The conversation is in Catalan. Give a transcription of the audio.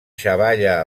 xavalla